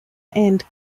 and